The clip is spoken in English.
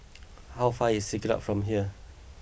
how far away is Siglap from here